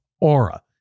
Aura